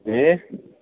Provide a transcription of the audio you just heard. جی